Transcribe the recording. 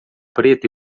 preto